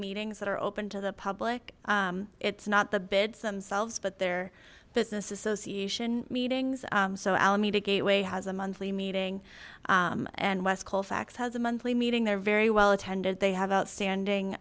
meetings that are open to the public it's not the bids themselves but their business association meetings so alameda gateway has a monthly meeting and west colfax has a monthly meeting they're very well attended they have outstanding